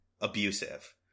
abusive